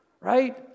right